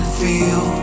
feel